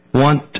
want